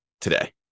today